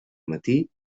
matí